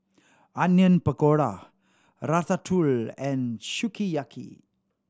Onion Pakora Ratatouille and Sukiyaki